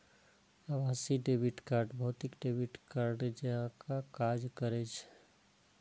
आभासी debit card भौतिक debit कार्डे जकां काज करै छै